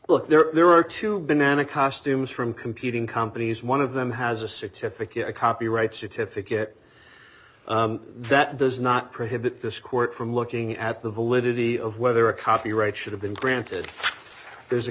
look there are two banana costumes from competing companies one of them has a certificate a copyright certificate that does not prohibit this court from looking at the validity of whether a copyright should have been granted there's a